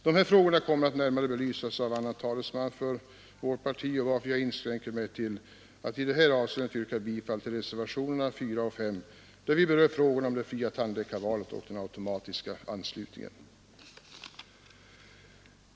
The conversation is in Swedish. Dessa frågor kommer emellertid att ytterligare belysas av annan talesman för vårt parti, varför jag inskränker mig till att i detta avseende yrka bifall till reservationerna IV och V, där vi berör frågorna om det fria tandläkarvalet och den automatiska anslutningen.